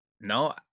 No